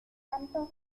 tantos